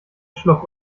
schluck